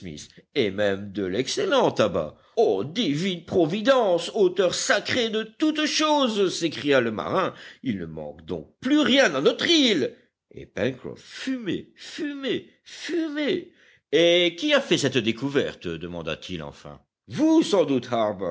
et même de l'excellent tabac oh divine providence auteur sacré de toutes choses s'écria le marin il ne manque donc plus rien à notre île et pencroff fumait fumait fumait et qui a fait cette découverte demanda-t-il enfin vous sans doute